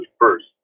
first